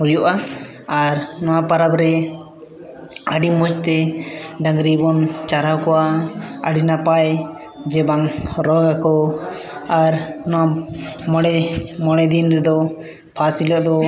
ᱦᱩᱭᱩᱜᱼᱟ ᱟᱨ ᱱᱚᱣᱟ ᱯᱚᱨᱚᱵ ᱨᱮ ᱟᱹᱰᱤ ᱢᱚᱡᱽᱛᱮ ᱰᱟᱹᱝᱨᱤ ᱵᱚᱱ ᱪᱟᱨᱦᱟᱣ ᱠᱚᱣᱟ ᱟᱹᱰᱤ ᱱᱟᱯᱟᱭ ᱡᱮ ᱵᱟᱝ ᱨᱚᱜᱽ ᱟᱠᱚ ᱟᱨ ᱱᱚᱣᱟ ᱢᱚᱬᱮ ᱢᱚᱬᱮ ᱫᱤᱱ ᱨᱮᱫᱚ ᱯᱷᱟᱥ ᱦᱤᱞᱳᱜ ᱫᱚ